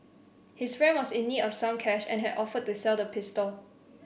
his friend was in need of some cash and had offered to sell the pistol